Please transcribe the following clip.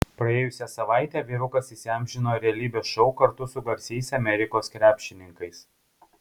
praėjusią savaitę vyrukas įsiamžino realybės šou kartu su garsiais amerikos krepšininkais